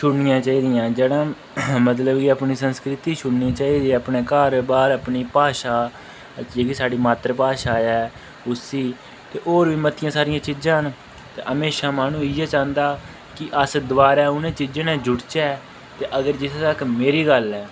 छोड़नियां चाहिदियां जड़ां मतलब कि अपनी संस्कृति छोड़नी चाहिदी अपने घर बाह्र अपनी भाशा जेह्की साढ़ी मातृभाशा ऐ उसी ते होर बी मातियां सारियां चीजां न ते हमेशा माह्नू इ'यै चांह्दा कि अस दबारा उंनें चीजें ने जुड़चै ते अगर जिस तक मेरी गल्ल ऐ